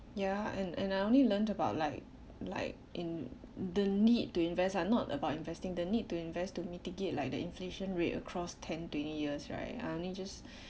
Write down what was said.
ya and and I only learnt about like like in the need to invest ah not about investing the need to invest to mitigate like the inflation rate across ten twenty years right I only just